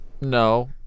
no